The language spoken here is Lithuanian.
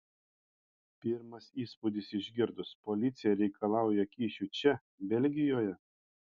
pirmas įspūdis išgirdus policija reikalauja kyšių čia belgijoje